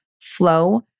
flow